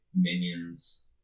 minions